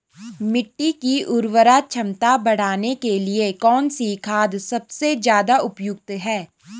मिट्टी की उर्वरा क्षमता बढ़ाने के लिए कौन सी खाद सबसे ज़्यादा उपयुक्त है?